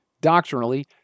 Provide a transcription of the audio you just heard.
doctrinally